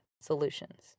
solutions